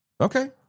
okay